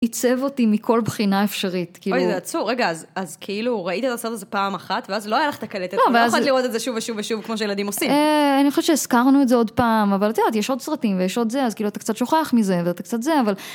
עיצב אותי מכל בחינה אפשרית, כאילו... אוי, זה עצוב. רגע, אז כאילו ראית את הסרט הזה פעם אחת, ואז לא היה לך את הקלטת, לא יכולת לראות את זה שוב ושוב ושוב, כמו שילדים עושים. אני חושבת שהזכרנו את זה עוד פעם, אבל את יודעת, יש עוד סרטים ויש עוד זה, אז כאילו אתה קצת שוכח מזה ואתה קצת זה, אבל...